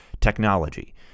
technology